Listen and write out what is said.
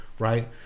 Right